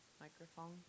microphone